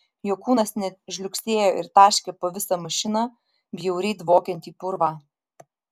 jo kūnas net žliugsėjo ir taškė po visą mašiną bjauriai dvokiantį purvą